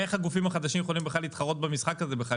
איך הגופים החדשים יכולים בכלל להתחרות במשחק הזה בכלל,